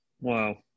Wow